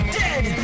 dead